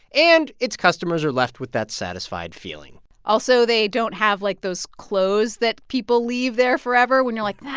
and its customers are left with that satisfied feeling also, they don't have, like, those clothes that people leave there forever when you're like,